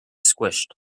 squished